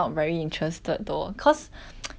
你知道吗我最近有一点穷 ah